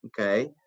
okay